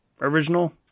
original